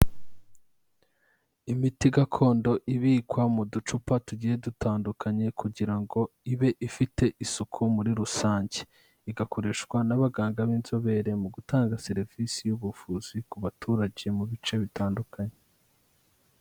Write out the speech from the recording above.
Imiti gakondo ibikwa mu ducupa tugiye dutandukanye kugira ngo ibe ifite isuku muri rusange, igakoreshwa n'abaganga b'inzobere mu gutanga serivisi y'ubuvuzi ku baturage mu bice bitandukanye.